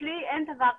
אצלי אין דבר כזה.